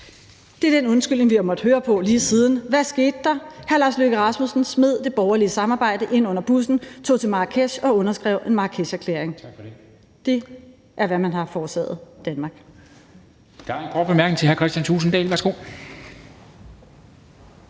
Det er den undskyldning, vi har måttet høre på lige siden. Hvad skete der? Hr. Lars Løkke Rasmussen smed det borgerlige samarbejde ind under bussen, tog til Marrakesh og underskrev en Marrakesherklæring. Det er, hvad man har forårsaget Danmark.